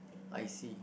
I see